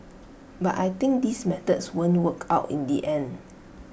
but I think these methods won't work out in the end